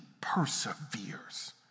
perseveres